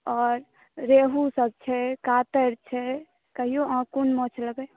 आओर रेहु सभ छै कतला छै कहियौ अहाँ कोन माछ लेबै